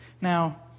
Now